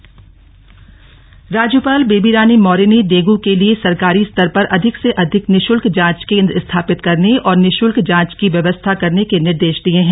राज्यपाल राज्यपाल बेबी रानी मौर्य ने डेंगू के लिए सरकारी स्तर पर अधिक से अधिक निशुल्क जांच केंद्र स्थापित करने और निशुल्क जांच की व्यवस्था करने के निर्देश दिए हैं